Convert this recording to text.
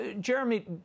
Jeremy